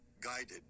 guided